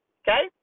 okay